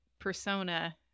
persona